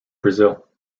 brazil